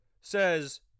says